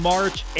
March